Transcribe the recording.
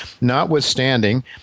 notwithstanding